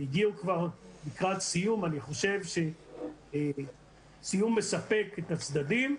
הגיעו כבר לקראת סיום ואני חושב שסיום מספק את הצדדים.